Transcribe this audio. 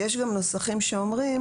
יש גם נוסחים שאומרים